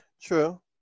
True